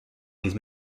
these